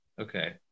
Okay